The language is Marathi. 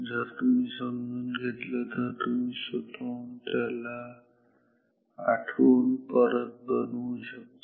जर तुम्ही समजून घेतलं तर तुम्ही स्वतःहून त्याला आठवून परत बनवू शकता